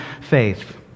faith